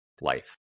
life